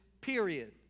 period